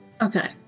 okay